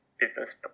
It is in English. business